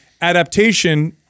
Adaptation